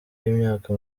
y’imyaka